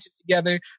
together